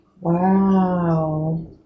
Wow